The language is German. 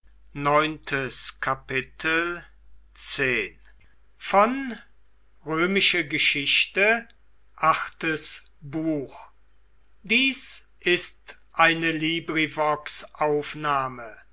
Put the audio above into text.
sind ist eine